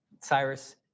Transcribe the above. Cyrus